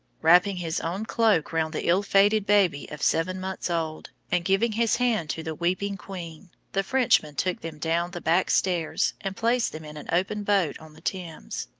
wrapping his own cloak round the ill-fated baby of seven months old, and giving his hand to the weeping queen, the frenchman took them down the back stairs and placed them in an open boat on the thames.